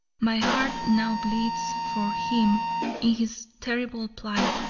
my heart now bleeds for him in his terrible plight,